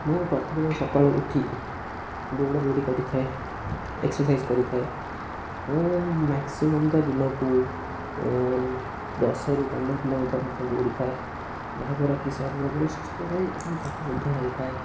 ମୁଁ ପ୍ରତିଦିନ ସକାଳୁ ଉଠି ଦୌଡ଼ାଦୌଡ଼ି କରିଥାଏ ଏକ୍ସରସାଇଜ୍ କରିଥାଏ ମୁଁ ମ୍ୟାକ୍ସିମମ୍ ତ ଦିନକୁ ଦଶରୁ ପନ୍ଦର କିଲୋମିଟର ମଧ୍ୟ ଦୌଡ଼ିଥାଏ ଯାହାଦ୍ୱାରାକି ଶରୀର ମୋର ସୁସ୍ଥ ରହେ ଏବଂ ମଧ୍ୟ ରହିଥାଏ